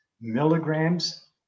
milligrams